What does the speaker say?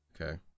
okay